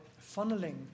funneling